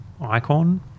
icon